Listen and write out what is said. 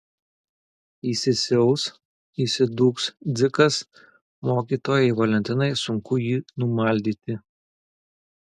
įsisiaus įsidūks dzikas mokytojai valentinai sunku jį numaldyti